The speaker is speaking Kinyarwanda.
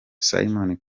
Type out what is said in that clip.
simon